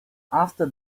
after